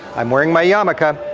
i'm wearing my yarmulke,